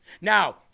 Now